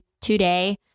today